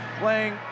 Playing